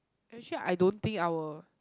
actually I don't think I will